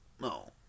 No